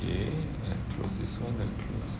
okay I close this [one] then close